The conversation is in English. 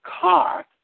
car